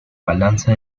balanza